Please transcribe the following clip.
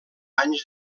anys